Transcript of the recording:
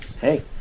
Hey